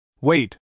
Wait